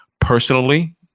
personally